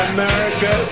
America